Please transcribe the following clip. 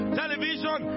television